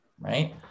Right